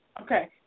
Okay